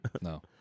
No